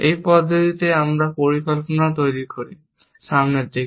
এই পদ্ধতিতে আমরা পরিকল্পনাও তৈরি করি সামনের দিকে